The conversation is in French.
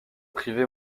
privés